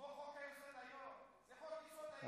כמו חוק-היסוד היום, אוה.